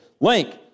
Link